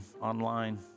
online